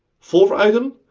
fourth item,